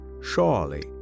Surely